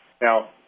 Now